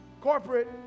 corporate